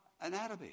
anatomy